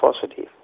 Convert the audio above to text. positive